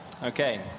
Okay